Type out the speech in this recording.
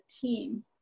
team